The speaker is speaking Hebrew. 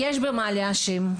יש במה להאשים.